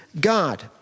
God